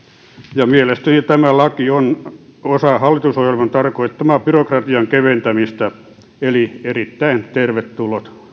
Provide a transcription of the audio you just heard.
ja mielestäni tämä laki on osa hallitusohjelman tarkoittamaa byrokratian keventämistä eli erittäin tervetullut